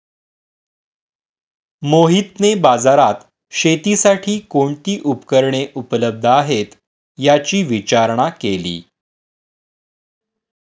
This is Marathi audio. मोहितने बाजारात शेतीसाठी कोणती उपकरणे उपलब्ध आहेत, याची विचारणा केली